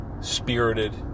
spirited